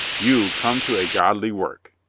you come to a godly work,